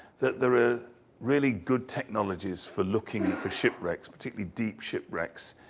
that there are really good technologies for looking for shipwrecks, particularly deep shipwrecks.